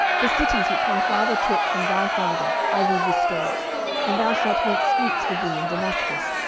the cities, which my father took from thy father, i will restore and thou shalt make streets for thee in damascus,